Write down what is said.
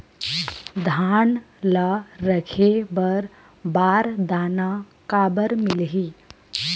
धान ल रखे बर बारदाना काबर मिलही?